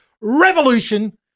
revolution